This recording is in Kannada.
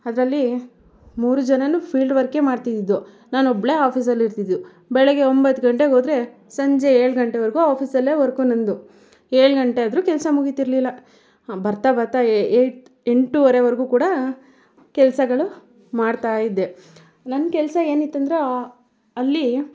ಅದರಲ್ಲಿ ಮೂರು ಜನರೂ ಫೀಲ್ಡ್ ವರ್ಕೆ ಮಾಡ್ತಿದ್ದಿದ್ದು ನಾನು ಒಬ್ಬಳೆ ಆಫೀಸಲ್ಲಿ ಇರ್ತಿದ್ದು ಬೆಳಗ್ಗೆ ಒಂಬತ್ತು ಗಂಟೆಗೆ ಹೋದ್ರೆ ಸಂಜೆ ಏಳು ಗಂಟೆವರೆಗೂ ಆಫೀಸಲ್ಲೆ ವರ್ಕು ನಂದು ಏಳು ಗಂಟೆ ಆದರು ಕೆಲಸ ಮುಗೀತಿರ್ಲಿಲ್ಲ ಬರ್ತಾ ಬರ್ತಾ ಏಟು ಎಂಟುವರೆವರೆಗೂ ಕೂಡ ಕೆಲಸಗಳು ಮಾಡ್ತಾ ಇದ್ದೆ ನನ್ನ ಕೆಲಸ ಏನಿತ್ತಂದ್ರೆ ಅಲ್ಲಿ